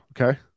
Okay